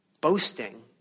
boasting